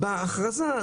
בהכרזה,